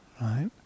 right